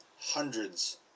hundreds